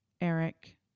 Eric